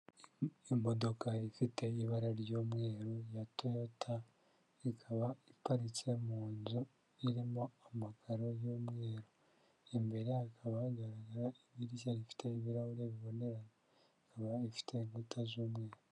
imodoka ifite ibara ry'umweru ya toyota ikaba iparitse mu nzu irimo amakaro y'umweru imbere hakabara idirishya rifite ibirahure bibonera ikaba ifite inkuta z'umweru Imodoka ifite ibara ry'umweru ya Toyota, ikaba iparitse mu nzu irimo amakaro y'umweru, imbere hakaba idirishya rifite ibirahure bibonerana, ikaba ifite n'inkuta z'umweru.